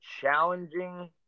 challenging